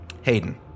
Hayden